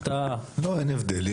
לא, אין הבדל.